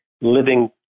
living